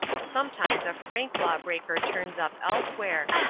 sometimes a frank law-breaker turns up elsewhere,